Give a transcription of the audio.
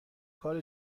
کار